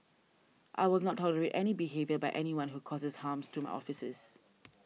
I will not tolerate any behaviour by anyone who causes harms to my offices